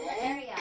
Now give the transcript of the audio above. area